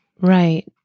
Right